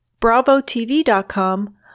BravoTV.com